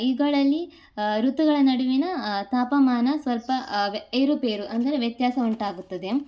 ಇವುಗಳಲ್ಲಿ ಋತುಗಳ ನಡುವಿನ ತಾಪಮಾನ ಸ್ವಲ್ಪ ಏರುಪೇರು ಅಂದರೆ ವ್ಯತ್ಯಾಸ ಉಂಟಾಗುತ್ತದೆ